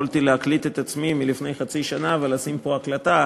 יכולתי להקליט את עצמי לפני חצי שנה ולשים פה הקלטה,